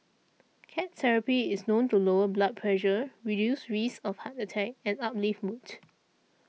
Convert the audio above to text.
cat therapy is known to lower blood pressure reduce risks of heart attack and uplift mood